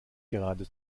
gerade